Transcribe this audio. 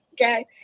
okay